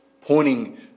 pointing